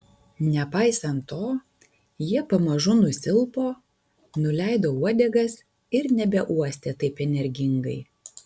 nepaisant to jie pamažu nusilpo nuleido uodegas ir nebeuostė taip energingai